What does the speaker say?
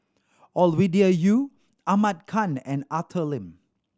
Ovidia Yu Ahmad Khan and Arthur Lim